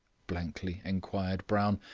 blankly inquired brown.